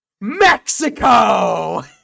Mexico